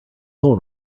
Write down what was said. pull